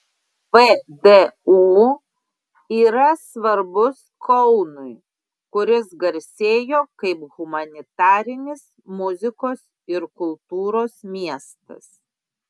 vdu yra svarbus kaunui kuris garsėjo kaip humanitarinis muzikos ir kultūros miestas